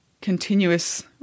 continuous